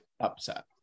upset